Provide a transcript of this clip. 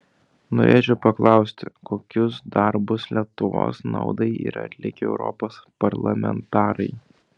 norėčiau paklausti kokius darbus lietuvos naudai yra atlikę europos parlamentarai